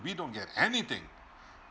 we don't get anything